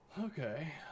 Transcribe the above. Okay